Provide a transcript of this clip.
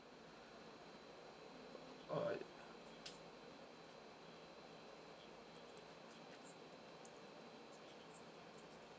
uh